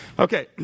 Okay